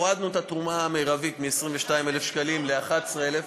מעל 400,000 שקלים הורדנו את התרומה המרבית מ-22,000 שקלים ל-11,000.